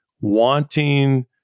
wanting